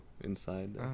inside